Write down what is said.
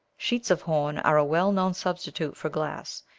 sheets of horn are a well-known substitute for glass,